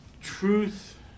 Truth